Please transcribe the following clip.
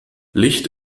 licht